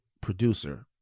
producer